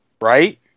Right